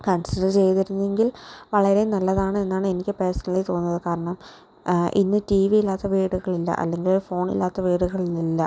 consider ചെയ്തിരുന്നെങ്കിൽ വളരെ നല്ലതാണ് എന്നാണ് എനിക്ക് പേഴ്സണലി തോന്നിയത് കാരണം ഇന്ന് ടി വി ഇല്ലാത്ത വീടുകളില്ല അല്ലെങ്കിൽ ഫോണില്ലാത്ത വീടുകൾ ഇന്നില്ല